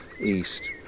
east